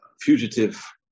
fugitive